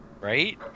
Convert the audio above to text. Right